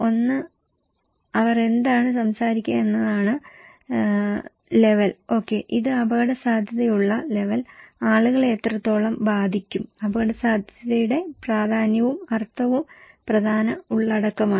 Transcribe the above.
ഒന്ന് അവർ എന്താണ് സംസാരിക്കുക എന്നതാണ് ലെവൽ ഓകെ ഇത് അപകടസാധ്യതയുടെ ലെവൽ ആളുകളെ എത്രത്തോളം ബാധിക്കും അപകടസാധ്യതയുടെ പ്രാധാന്യവും അർത്ഥവും പ്രധാന ഉള്ളടക്കമാണ്